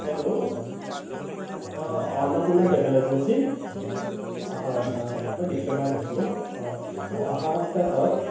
hello অঁ Annapurna travel agency অঁ হয় হয় মই দীপ শৰ্মাই কৈছিলোঁ হয় মোৰ অহা সপ্তাহত